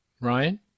Ryan